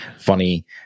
funny